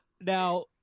Now